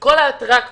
כל האטרקציות,